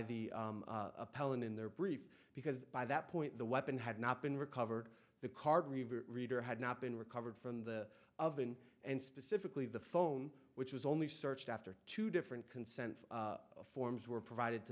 in their brief because by that point the weapon had not been recovered the card reader had not been recovered from the oven and specifically the phone which was only searched after two different consent forms were provided to